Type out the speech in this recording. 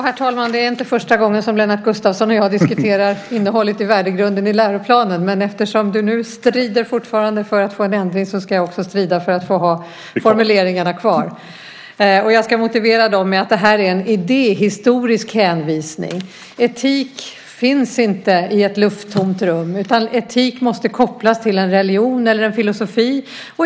Herr talman! Det är inte första gången som Lennart Gustavsson och jag diskuterar innehållet i värdegrunden i läroplanen, men eftersom du nu fortfarande strider för att få en ändring ska jag också strida för att ha formuleringarna kvar. Jag ska motivera med att det här är en idéhistorisk hänvisning. Etik finns inte i ett lufttomt rum utan etik måste kopplas till en religion eller filosofi.